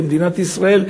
במדינת ישראל,